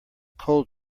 cold